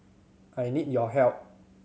I need your help